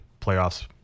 playoffs